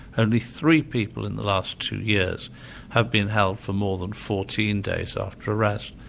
only three people in the last two years have been held for more than fourteen days after arrest.